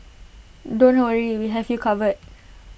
don't worry we have you covered